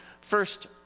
First